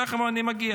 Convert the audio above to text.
תכף אני מגיע.